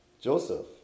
Joseph